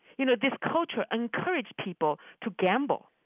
you know, this culture encouraged people to gamble.